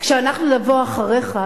כשאנחנו נבוא אחריך,